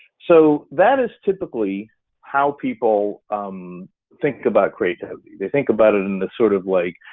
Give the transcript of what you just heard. so that is typically how people um think about creativity, they think about it in the sort of like